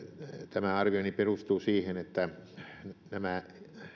tämä arvioni perustuu siihen että nämä